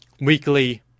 weekly